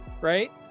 right